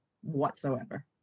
whatsoever